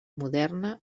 moderna